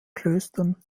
klöstern